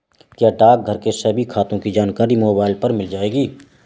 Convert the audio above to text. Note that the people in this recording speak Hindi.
क्या डाकघर के सभी खातों की जानकारी मोबाइल पर मिल जाएगी?